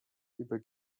über